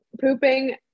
Pooping